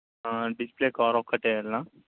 display cover ఒక్కటేనా